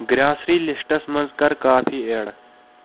grocery lists منٛز کَر coffee add